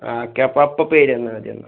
ആ ഓക്കെ അപ്പോൾ അപ്പം പേര് തന്നാൽ മതി എന്നാൽ